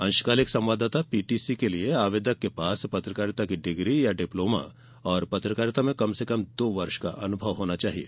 अंशकालिक संवाददाता पीटीसी के लिए आवेदक के पास पत्रकारिता की डिग्री या डिप्लोमा और पत्रकारिता में कम से कम दो वर्ष का अनुभव होना चाहिए